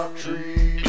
tree